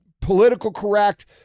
political-correct